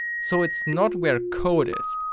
so it's not where code is.